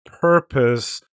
purpose